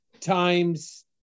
times